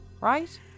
Right